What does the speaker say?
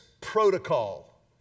Protocol